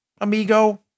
amigo